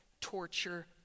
torture